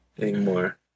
anymore